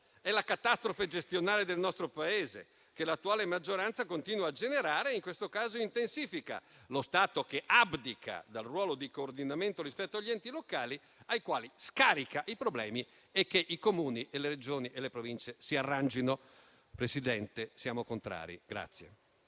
È la catastrofe gestionale del nostro Paese, che l'attuale maggioranza continua a generare e, in questo caso, intensifica. È lo Stato che abdica al ruolo di coordinamento rispetto agli enti locali, ai quali scarica i problemi, e che i Comuni, le Regioni e le Province si arrangino. Signor Presidente, per tale